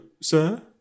sir